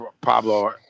Pablo